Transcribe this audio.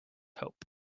hope